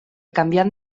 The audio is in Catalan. canviant